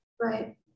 right